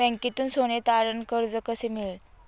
बँकेतून सोने तारण कर्ज कसे मिळेल?